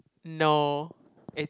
no it's